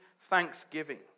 thanksgiving